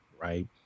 Right